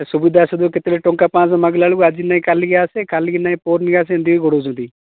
ସୁବିଧା ଅସୁବିଧା ଥିଲେ ଟଙ୍କା ପାଞ୍ଚ ଶହ ମାଗିଲା ବେଳକୁ ଆଜି ନାହିଁ କାଲିକି ଆସେ କାଲିକି ନାହିଁ ପଅରଦିନ କେ ଆସେ ଏମତି ଗୋଡ଼ଉଛନ୍ତି